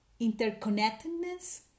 interconnectedness